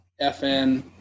FN